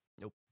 Nope